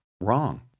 wrong